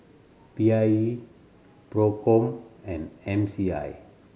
P I E Procom and M C I